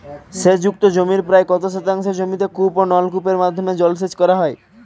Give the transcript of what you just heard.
সেচ যুক্ত জমির প্রায় কত শতাংশ জমিতে কূপ ও নলকূপের মাধ্যমে জলসেচ করা হয়?